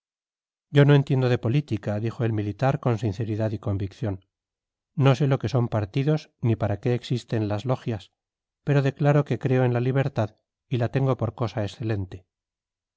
yo no entiendo de política dijo el militar con sinceridad y convicción no sé lo que son partidos ni para qué existen las logias pero declaro que creo en la libertad y la tengo por cosa excelente